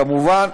כמובן,